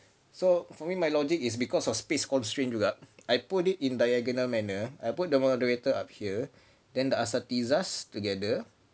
so for me my logic is because of space constraint juga I put it in diagonal manner I put the moderator up here then the asatizahs together